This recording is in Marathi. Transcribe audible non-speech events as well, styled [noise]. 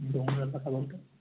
[unintelligible]